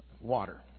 water